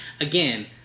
again